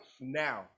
now